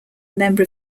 member